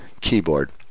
keyboard